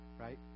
right